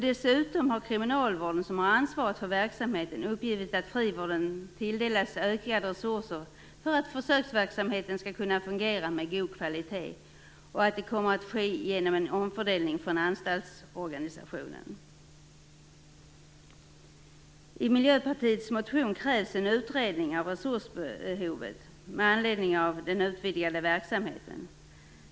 Dessutom har kriminalvården, som har ansvaret för verksamheten, uppgett att frivården tilldelas ökade resurser för att försöksverksamheten skall kunna fungera med god kvalitet och att det kommer att ske genom en omfördelning från anstaltsorganisationen. I Miljöpartiets motion krävs en utredning av resursbehovet med anledning av den utvidgade verksamheten.